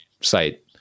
site